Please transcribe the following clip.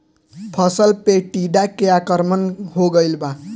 फसल पे टीडा के आक्रमण हो गइल बा?